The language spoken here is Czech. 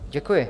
Děkuji.